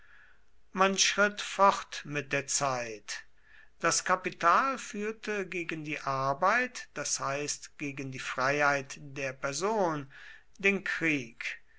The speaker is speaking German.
man schritt fort mit der zeit das kapital führte gegen die arbeit das heißt gegen die freiheit der person den krieg